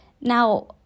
Now